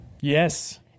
Yes